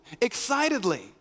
excitedly